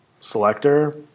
selector